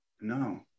no